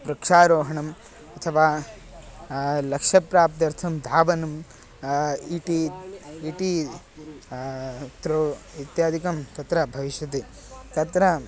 वृक्षारोहणम् अथवा लक्ष्यप्राप्त्यर्थं धावनं इटि इटी त्रो इत्यादिकं तत्र भविष्यति तत्र